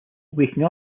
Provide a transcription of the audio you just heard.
waking